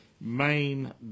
main